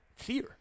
fear